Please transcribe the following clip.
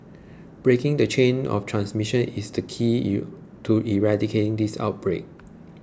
breaking the chain of transmission is the key U to eradicating this outbreak